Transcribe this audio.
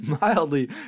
Mildly